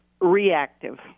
reactive